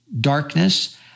darkness